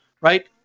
right